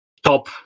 top